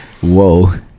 Whoa